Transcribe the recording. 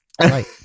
Right